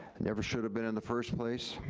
never should have been in the first place.